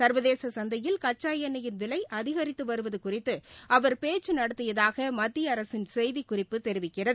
சர்வதேச சந்தையில் கச்சா எண்ணெயின் விலை அதிகரித்து வருவது குறித்து அவர் பேச்ச நடத்தியதாக மத்திய அரசின் செய்திக் குறிப்பு தெரிவிக்கிறது